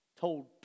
told